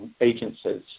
agencies